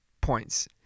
points